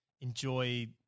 enjoy